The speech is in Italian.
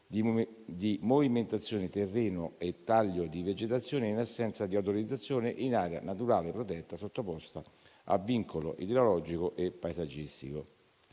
di movimentazione terreno e taglio di vegetazione in assenza di autorizzazione in area naturale protetta, sottoposta a vincolo idrogeologico e paesaggistico.